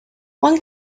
one